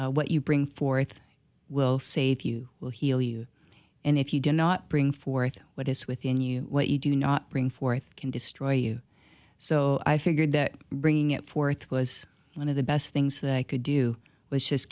you what you bring forth will save you will heal you and if you do not bring forth what is within you what you do not bring forth can destroy you so i figured that bringing it forth was one of the best things that i could do was just